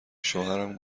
شوهرم